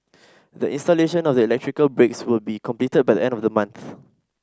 the installation of the electrical breaks will be completed by the end of the month